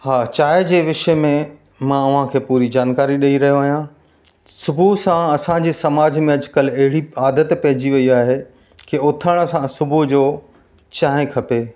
हा चांहि जे विषय में मां तव्हांखे पूरी जानकारी ॾई रहियो आहियां सुबुह सां असांजे समाज में अजकल्ह अहिड़ी आदतु पइजी वई आहे की उथण सां सुबुह जो चांहि खपे